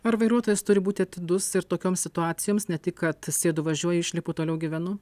ar vairuotojas turi būti atidus ir tokioms situacijoms ne tik kad sėdu važiuoju išlipu toliau gyvenu